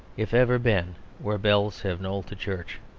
if ever been where bells have knolled to church.